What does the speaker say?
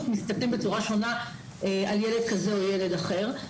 מסתכלים בצורה שונה על ילד כזה או ילד אחר.